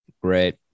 Great